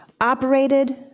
operated